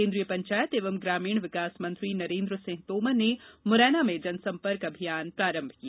केन्द्रीय पंचायत एवं ग्रामीण विकास मंत्री नरेन्द्र सिंह तोमर ने मुरैना में जनसंपर्क अभियान प्रारंभ किया